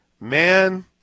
Man